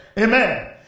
Amen